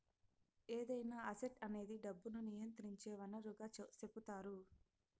ఏదైనా అసెట్ అనేది డబ్బును నియంత్రించే వనరుగా సెపుతారు